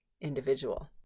individual